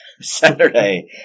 Saturday